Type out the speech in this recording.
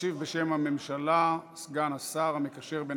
ישיב בשם הממשלה סגן השר המקשר בין